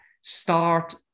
start